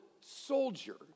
soldier